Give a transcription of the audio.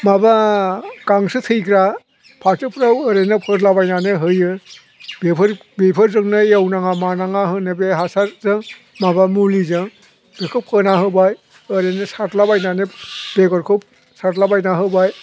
माबा गांसो थैग्रा फाथोफोराव ओरैनो फोरला बायनानै होयो बेफोरजोंनो एवनाङा मानाङा होनो बे हासारजों माबा मुलिजों बेखौ फोना होबाय ओरैनो सारलाबायनानै बेगरखौ सारलाबायना होबाय